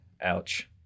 Ouch